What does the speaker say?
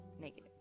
Negative